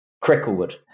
Cricklewood